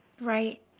Right